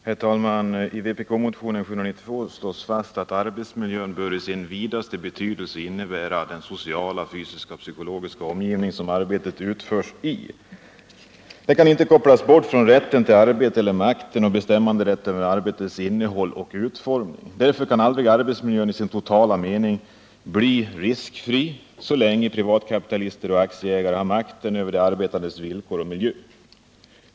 Herr talman! I vpk-motionen 792 slås fast att arbetsmiljön bör i sin vidaste betydelse innebära den sociala, fysiska och psykologiska omgivning som arbetet utförs i. Detta kan inte kopplas bort från rätten till arbete eller makten och bestämmanderätten över arbetets innehåll och utformning. Därför kan arbetsmiljön i sin totala mening aldrig bli riskfri, så länge privatkapitalister och aktieägare har makten över de arbetandes villkor och miljö.